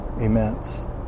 immense